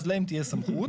אז להם תהיה סמכות.